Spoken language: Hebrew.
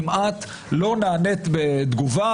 כמעט לא נענית בתגובה,